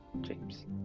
James